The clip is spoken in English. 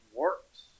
works